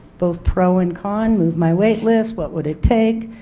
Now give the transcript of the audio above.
both pro and con, move my waitlist, what would it take,